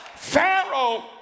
Pharaoh